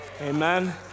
Amen